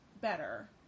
better